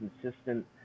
consistent